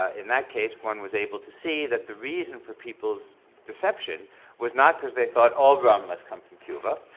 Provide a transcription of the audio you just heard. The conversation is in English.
in that case, one was able to see that the reason for people's deception was not cause they thought all rum must come from cuba,